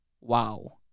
wow